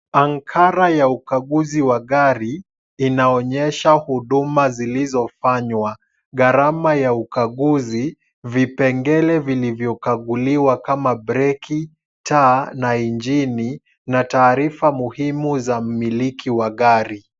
Ankara ya ukaguzi wa gari inaonyesha huduma zilizofanywa, gharama ya ukaguzi, vipengele vilivyo kaguliwa kama breki, taa na injini, na taarifa muhimu za mmiliki wa gari.